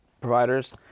providers